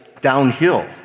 downhill